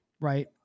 right